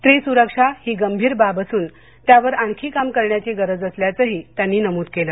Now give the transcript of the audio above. स्त्री सुरक्षा ही गंभीर बाब असून त्यावर आणखी काम करण्याची गरज असल्याचंही त्यांनी नमूद केलं